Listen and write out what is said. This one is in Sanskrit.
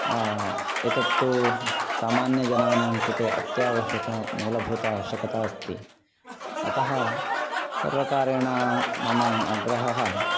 एतत्तु सामान्यजनानां कृते अत्यावश्यकं मूलभूतावश्यकता अस्ति अतः सर्वकारेण मम आग्रहः